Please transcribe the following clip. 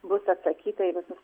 bus atsakyta į visus